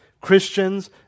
Christians